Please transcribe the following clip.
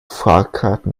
fahrkarten